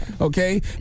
okay